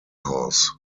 house